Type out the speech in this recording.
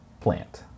plant